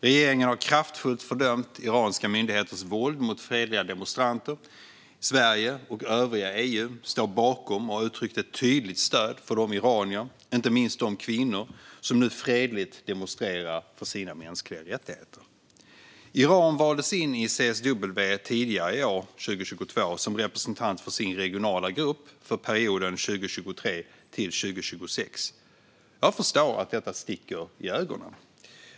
Regeringen har kraftfullt fördömt iranska myndigheters våld mot fredliga demonstranter. Sverige och övriga EU står bakom och har uttryckt ett tydligt stöd för de iranier, inte minst de kvinnor, som nu fredligt demonstrerar för sina mänskliga rättigheter. Iran valdes in i CSW tidigare i år, 2022, som representant för sin regionala grupp, för perioden 2023 till 2026. Jag förstår att detta sticker i ögonen.